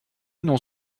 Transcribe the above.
non